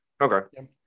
Okay